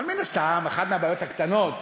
אבל מן הסתם אחת הבעיות הקטנות,